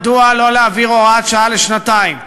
מדוע לא להעביר הוראת שעה לשנתיים,